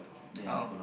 oh